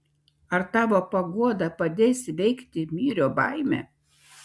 ar tavo paguoda padės įveikt myrio baimę